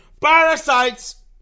parasites